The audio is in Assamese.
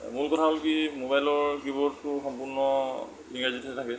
মোৰ কথা হ'ল কি ম'বাইলৰ কী বোৰ্ডটো সম্পূৰ্ণ ইংৰাজীতহে থাকে